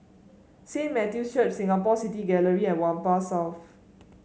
Saint Matthew's Church Singapore City Gallery and Whampoa South